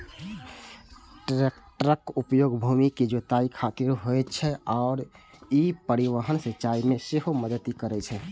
टैक्टरक उपयोग भूमि के जुताइ खातिर होइ छै आ ई परिवहन, सिंचाइ मे सेहो मदति करै छै